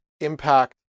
impact